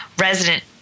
resident